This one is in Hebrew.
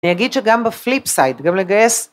אני אגיד שגם בפליפ סייד, גם לגייס.